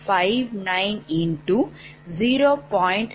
59X0